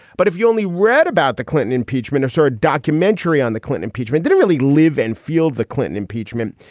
but if you only read about the clinton impeachment of saw a documentary on the clinton impeachment didn't really live and field the clinton impeachment.